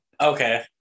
Okay